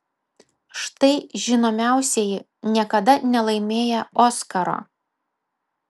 štai žinomiausieji niekada nelaimėję oskaro